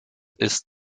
ist